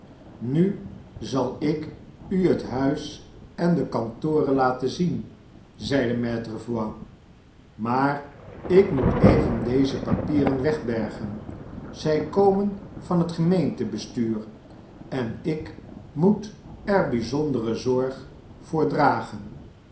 nu zal ik u het huis en de kantoren laten zien zeide maitre voigt maar ikmoet even deze papieren wegbergen zy komen van het gemeentebestuur en ik moet erbyzonderezorg voor dragen